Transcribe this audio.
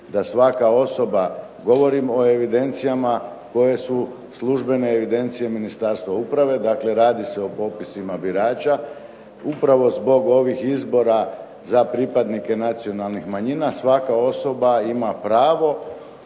da svaka osoba, govorim o evidencijama koje su službene evidencije Ministarstva uprave. Dakle, radi se o popisima birača. Upravo zbog ovih izbora za pripadnike nacionalnih manjina svaka osoba ima pravo